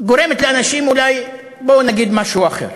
גורמות לאנשים אולי משהו אחר.